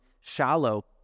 shallow